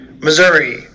Missouri